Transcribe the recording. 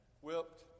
whipped